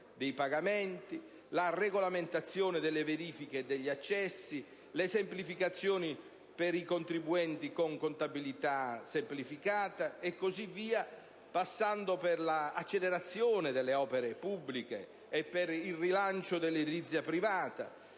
dei pagamenti; la regolamentazione delle verifiche degli accessi; le semplificazioni per i contribuenti con contabilità semplificata e così via, passando per l'accelerazione delle opere pubbliche e per il rilancio dell'edilizia privata;